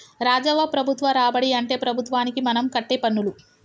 రాజవ్వ ప్రభుత్వ రాబడి అంటే ప్రభుత్వానికి మనం కట్టే పన్నులు